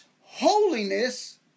holiness